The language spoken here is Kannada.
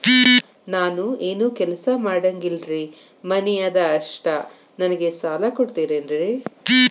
ನಾನು ಏನು ಕೆಲಸ ಮಾಡಂಗಿಲ್ರಿ ಮನಿ ಅದ ಅಷ್ಟ ನನಗೆ ಸಾಲ ಕೊಡ್ತಿರೇನ್ರಿ?